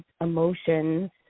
emotions